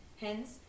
Hence